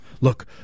Look